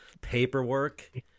paperwork